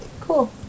Cool